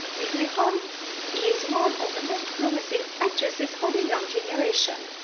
neslihan is one of the most promising actresses of the young generation,